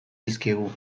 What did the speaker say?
dizkiegu